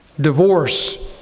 Divorce